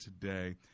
today